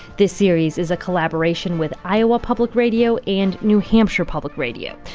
this series is a collaboration with iowa public radio and new hampshire public radio,